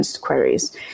queries